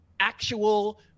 actual